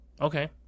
Okay